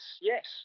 yes